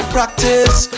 Practice